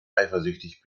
eifersüchtig